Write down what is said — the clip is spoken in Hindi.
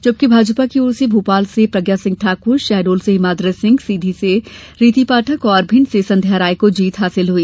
जबकि भाजपा की ओर से भोपाल से प्रज्ञा सिंह ठाकुर शहडोल से हिमाद्री सिंह सीधी से रीती पाठक और भिंड से संध्या राय को जीत हासिल हुई